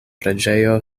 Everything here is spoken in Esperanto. preĝejo